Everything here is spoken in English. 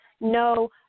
no